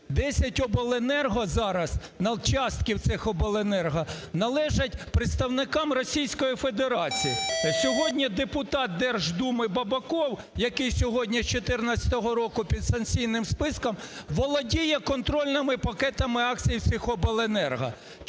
обленерго зараз… частки цих обленерго належать представникам Російської Федерації. Сьогодні депутат Держдуми Бабаков, який сьогодні… з 2014 року під санкційним списком, володіє контрольними пакетами акцій всіх обленерго.